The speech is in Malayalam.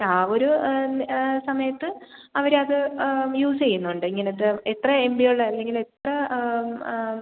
ആ ഒരു സമയത്ത് അവർ അത് യൂസ് ചെയ്യുന്നുണ്ട് ഇങ്ങനത്ത എത്ര എം ബി ഉള്ള അല്ലെങ്കിൽ എത്ര